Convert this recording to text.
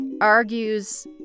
argues